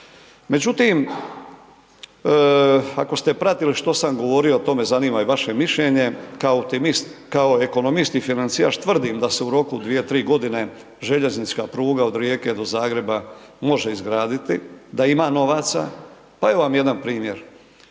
međutim ako ste pratili što sam govorio, to me zanima i vaše mišljenje, kao optimist, kao ekonomist i financijaš tvrdim da se u roku 2, 3 godine željeznička pruga od Rijeke do Zagreba može izgraditi, da ima novaca, pa evo vam jedan primjer.